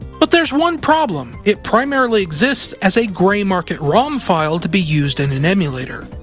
but there's one problem it primarily exists as a gray-market rom file to be used in an emulator.